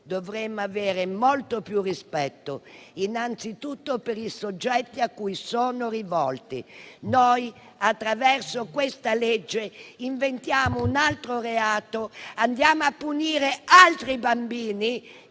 dovremmo avere molto più rispetto innanzitutto per i soggetti a cui sono rivolti. Noi, attraverso questa legge, inventiamo un altro reato e andiamo a punire altri bambini